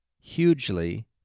hugely